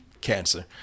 cancer